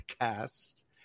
cast